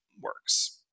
works